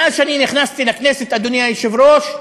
מאז נכנסתי לכנסת, אדוני היושב-ראש,